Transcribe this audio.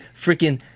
freaking